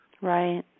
Right